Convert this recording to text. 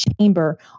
chamber